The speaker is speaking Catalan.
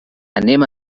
anem